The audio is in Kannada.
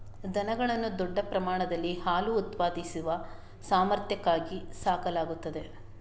ದನಗಳನ್ನು ದೊಡ್ಡ ಪ್ರಮಾಣದಲ್ಲಿ ಹಾಲು ಉತ್ಪಾದಿಸುವ ಸಾಮರ್ಥ್ಯಕ್ಕಾಗಿ ಸಾಕಲಾಗುತ್ತದೆ